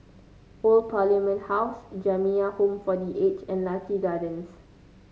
Old Parliament House Jamiyah Home for The Aged and Lucky Gardens